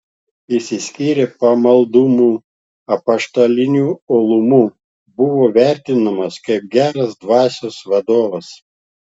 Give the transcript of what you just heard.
išsiskyrė pamaldumu apaštaliniu uolumu buvo vertinamas kaip geras dvasios vadovas